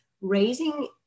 raising